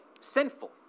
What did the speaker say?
sinful